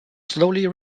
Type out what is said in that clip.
slowly